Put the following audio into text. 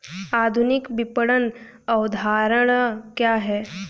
आधुनिक विपणन अवधारणा क्या है?